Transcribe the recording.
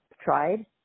tried